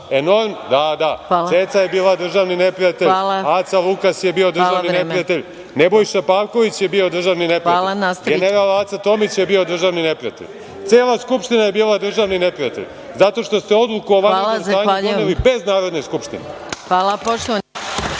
iznose, da, da. Ceca je bila državni neprijatelj, Aca Lukas je bio državni neprijatelj, Nebojša Pavković je bio državni neprijatelj, general Aca Tomić je bio državni neprijatelj, cela Skupština je bila državni neprijatelj, zato što ste odluku o vanrednom stanju doneli bez Narodne skupštine.